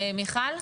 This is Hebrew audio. מיכל,